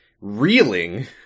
reeling